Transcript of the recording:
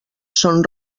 són